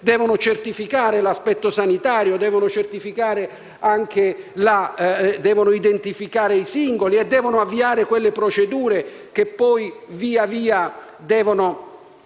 devono certificare l'aspetto sanitario, devono identificare i singoli e devono avviare quelle procedure che poi, via via, devono